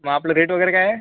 मग आपलं रेट वगैरे काय आहे